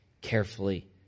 carefully